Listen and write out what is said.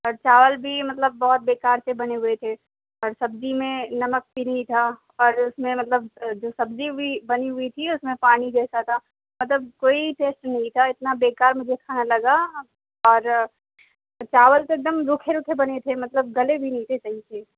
اور چاول بھی مطلب بہت بیکار سے بنے ہوئے تھے اور سبزی میں نمک بھی نہیں تھا اور اس میں مطلب جو سبزی ہوئی بنی ہوئی تھی اس میں پانی جیسا تھا مطلب کوئی ٹیسٹ نہیں تھا اتنا بیکار مجھے کھانا لگا اور چاول تو ایک دم روکھے روکھے بنے تھے مطلب گلے بھی نہیں تھے صحیح سے